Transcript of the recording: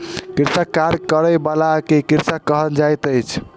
कृषिक कार्य करय बला के कृषक कहल जाइत अछि